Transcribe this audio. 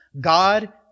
God